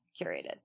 curated